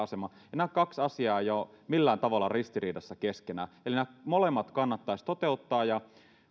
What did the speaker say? asemaa nämä kaksi asiaa eivät ole millään tavalla ristiriidassa keskenään eli nämä molemmat kannattaisi toteuttaa ja